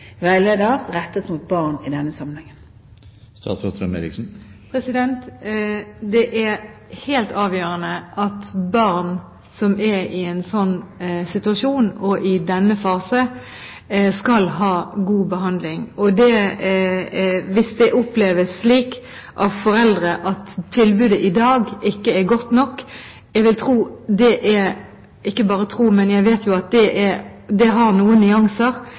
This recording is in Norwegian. veileder rettet mot barn? Det er helt avgjørende at barn som er i en slik situasjon og i denne fasen, skal ha god behandling. Hvis det oppleves slik av foreldre at tilbudet i dag ikke er godt nok, vet jeg at det har noen nyanser – det er nok ikke alle som opplever det som dårlig. Men samtidig er det slik at her kan vi ikke feile, det er